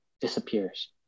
disappears